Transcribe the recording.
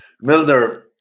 Milner